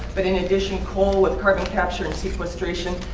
but in addition, coal with carbon capture and sequestration,